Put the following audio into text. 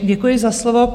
Děkuji za slovo.